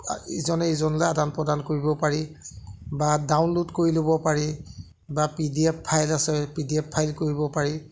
ইজনে ইজনলৈ আদান প্ৰদান কৰিব পাৰি বা ডাউনল'ড কৰি ল'ব পাৰি বা পি ডি এফ ফাইল আছে পি ডি এফ ফাইল কৰিব পাৰি